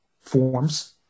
forms